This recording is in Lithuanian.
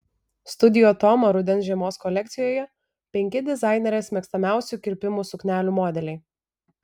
studio toma rudens žiemos kolekcijoje penki dizainerės mėgstamiausių kirpimų suknelių modeliai